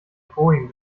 boeing